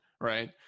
right